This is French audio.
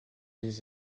des